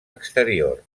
exterior